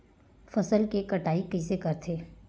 फसल के कटाई कइसे करथे?